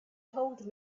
told